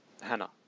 Hannah